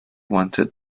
wanted